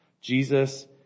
Jesus